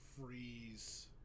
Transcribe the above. Freeze